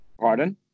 Pardon